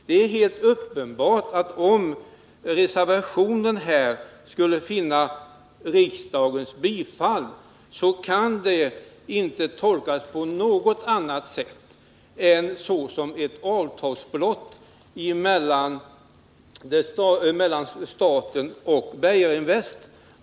Det är helt uppenbart att ett bifall till reservationen inte kan tolkas på något annat sätt än som ett brott mot avtalet mellan staten och Brygginvest.